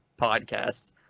podcast